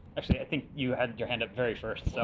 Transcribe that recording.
actually, i think you had your hand up very first, so